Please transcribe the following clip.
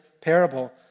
parable